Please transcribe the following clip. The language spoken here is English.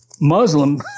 Muslim